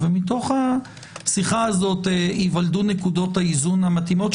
ומתוך השיחה הזאת ייוולדו נקודות האיזון המתאימות,